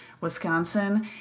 Wisconsin